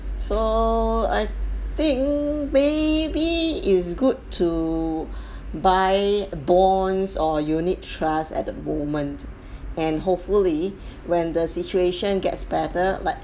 so I think maybe is good to buy bonds or unit trust at the moment and hopefully when the situation gets better like